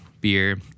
beer